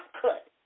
cut